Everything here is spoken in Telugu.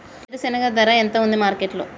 వేరుశెనగ ధర ఎంత ఉంది మార్కెట్ లో?